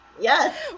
yes